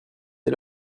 est